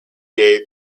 gay